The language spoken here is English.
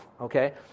okay